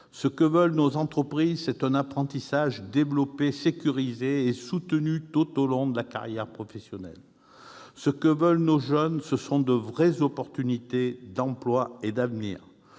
Ce que veulent nos entreprises, c'est un apprentissage développé, sécurisé et soutenu tout au long de la carrière professionnelle ! Ce que veulent nos jeunes, ce sont de vraies opportunités d'emploi et d'avenir